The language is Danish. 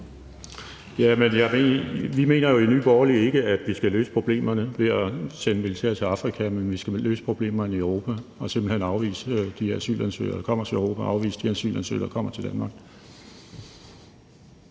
mener vi jo ikke, at vi skal løse problemerne ved at sende militær til Afrika, men at vi skal løse problemerne i Europa. Vi skal simpelt hen afvise de her asylansøgere, der kommer til Europa, afvise de asylansøgere, der kommer til Danmark.